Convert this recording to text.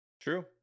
True